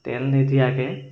তেল নিদিয়াকৈ